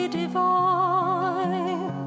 divine